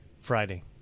Friday